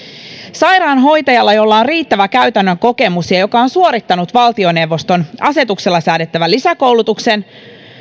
sairaanhoitajalla jolla on riittävä käytännön kokemus ja joka on suorittanut valtioneuvoston asetuksella säädettävän lisäkoulutuksen